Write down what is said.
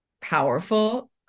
powerful